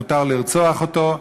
מותר לרצוח אותו,